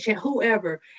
whoever